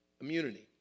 Immunity